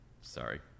Sorry